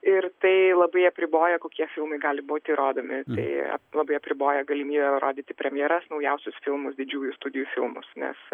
ir tai labai apriboja kokie filmai gali būti rodomi tai labai apriboja galimybę rodyti premjeras naujausius filmus didžiųjų studijų filmus nes